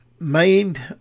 made